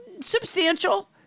substantial